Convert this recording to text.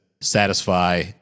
satisfy